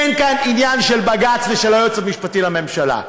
אין כאן עניין של בג"ץ ושל היועץ המשפטי לממשלה,